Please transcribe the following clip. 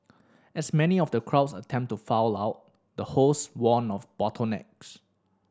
as many of the crowds attempted to file out the host warned of bottlenecks